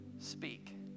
speak